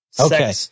Okay